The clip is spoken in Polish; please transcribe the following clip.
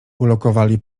ulokowali